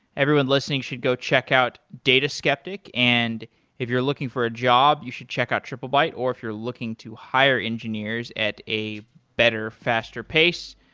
everyone listening should go check out data skeptic, and if you're looking for a job, you should check out triplebyte, or if you're looking to hire engineers at a better, faster pace,